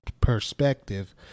perspective